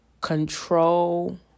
control